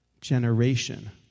generation